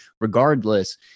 regardless